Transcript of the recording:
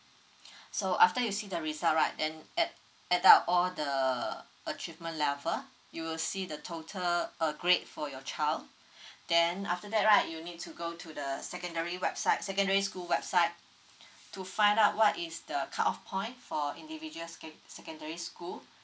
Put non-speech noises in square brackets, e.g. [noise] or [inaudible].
[breath] so after you see the result right then add add up all the achievement level you will see the total uh grade for your child [breath] then after that right you'll need to go to the secondary website secondary school website [breath] to find out what is the cut off point for individual seco~ secondary school